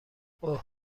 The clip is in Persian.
اوه